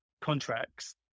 contracts